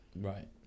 right